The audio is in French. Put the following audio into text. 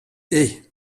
hey